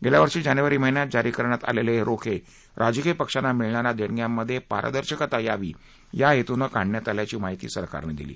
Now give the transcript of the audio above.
पेल्या वर्षी जानेवारी महिन्यात जारी करण्यात आलेले हे रोखे राजकीय पक्षांना मिळणाऱ्या देणग्यांमधे पारदर्शकता यावी या हेतूनं काढण्यात आल्याची माहिती सरकारनं दिली